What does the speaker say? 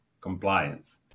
compliance